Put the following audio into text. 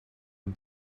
een